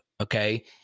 Okay